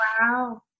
wow